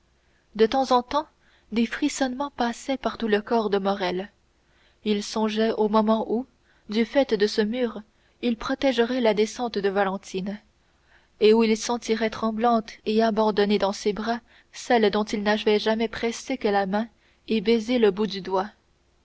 de temps en temps des frissonnements passaient par tout le corps de morrel il songeait au moment où du faîte de ce mur il protégerait la descente de valentine et où il sentirait tremblante et abandonnée dans ses bras celle dont il n'avait jamais pressé que la main et baisé le bout du doigt